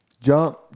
Jump